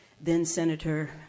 then-Senator